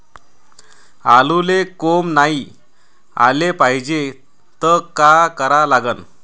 आलूले कोंब नाई याले पायजे त का करा लागन?